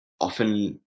often